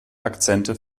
akzente